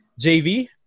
JV